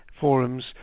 Forums